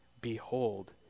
behold